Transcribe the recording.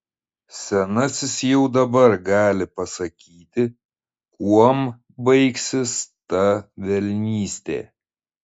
senasis jau dabar gali pasakyti kuom baigsis ta velnystė